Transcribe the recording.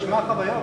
זה נשמע חוויות,